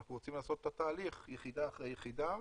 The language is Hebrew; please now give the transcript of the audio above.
אנחנו רוצים לעשות את התהליך יחידה אחרי יחידה,